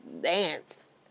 dance